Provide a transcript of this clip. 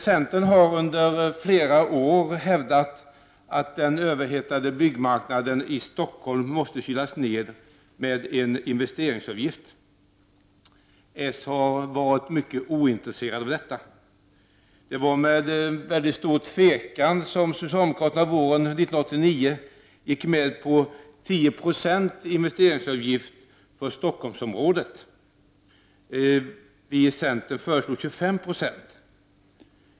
Centern har under flera år hävdat att den överhettade byggmarknaden måste kylas ned med en investeringsavgift. Socialdemokraterna har varit mycket ointresserade av detta. Det var med stor tvekan som socialdemokraterna våren 1989 gick med på en investeringsavgift på 10 26 för Stockholmsområdet. Vi i centern föreslog 25 20.